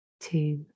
two